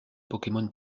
pokemon